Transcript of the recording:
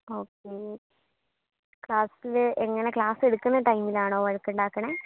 okay ക്ലാസ്സിൽ എങ്ങനെ class എടുക്കുന്ന ടൈമിൽ ആണോ വഴക്ക് ഉണ്ടാക്കുന്നത്